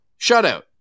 shutout